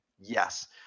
yes